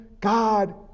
God